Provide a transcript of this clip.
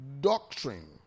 doctrine